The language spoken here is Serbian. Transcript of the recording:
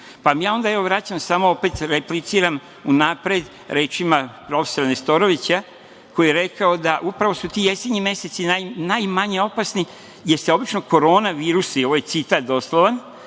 ministre, pa vam onda repliciram unapred rečima prof. Nestorovića, koji je rekao da su ti jesenji meseci najmanje opasni, jer se obično koronavirusi, ovo je citat doslovan,